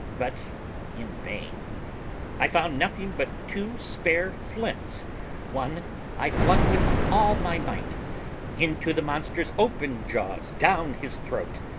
but in vain i found nothing but two spare flints one i flung with all my might into the monster's open jaws, down his throat.